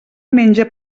menja